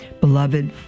Beloved